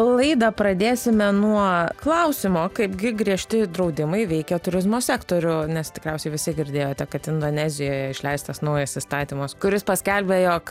laidą pradėsime nuo klausimo kaipgi griežti draudimai veikia turizmo sektorių nes tikriausiai visi girdėjote kad indonezijoje išleistas naujas įstatymas kuris paskelbė jog